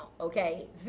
okay